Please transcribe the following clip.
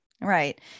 Right